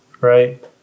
right